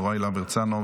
יוראי להב הרצנו,